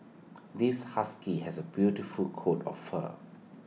this husky has A beautiful coat of fur